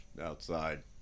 outside